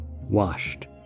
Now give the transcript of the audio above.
washed